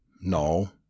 No